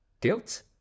guilt